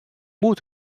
muud